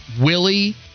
Willie